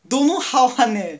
don't know how [one] eh